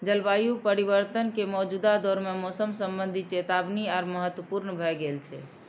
जलवायु परिवर्तन के मौजूदा दौर मे मौसम संबंधी चेतावनी आर महत्वपूर्ण भए गेल छै